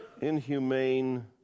inhumane